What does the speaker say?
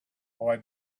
boy